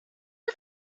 are